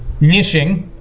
Nishing